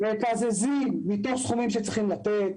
מקזזים מתוך סכומים שצריך לתת.